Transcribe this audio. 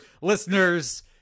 listeners